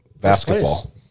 Basketball